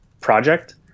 project